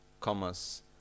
commas